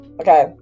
okay